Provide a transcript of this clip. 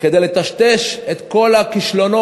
וכדי לטשטש את כל הכישלונות